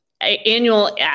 annual